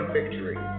Victory